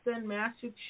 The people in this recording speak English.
Massachusetts